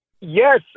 Yes